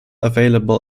available